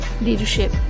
leadership